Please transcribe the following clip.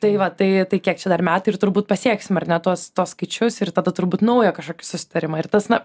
tai va tai tai kiek čia dar metai ir turbūt pasieksim ar ne tuos tuos skaičius ir tada turbūt naują kažkokį susitarimą ir tas na